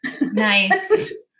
nice